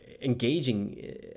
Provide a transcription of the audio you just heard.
engaging